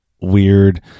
weird